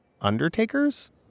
Undertakers